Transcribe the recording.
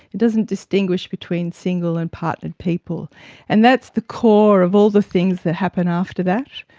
it doesn't distinguish between single and partnered people, and that's the core of all the things that happen after that.